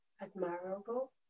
admirable